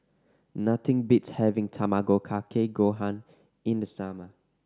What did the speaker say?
nothing beats having Tamago Kake Gohan in the summer